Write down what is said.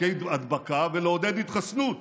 לדכא הדבקה, ולעודד התחסנות,